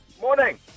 Morning